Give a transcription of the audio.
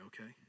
okay